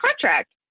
contract